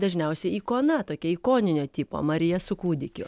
dažniausia ikona tokia ikoninio tipo marija su kūdikiu